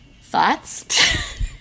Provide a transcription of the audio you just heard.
Thoughts